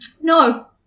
No